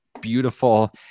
beautiful